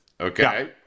okay